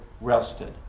rested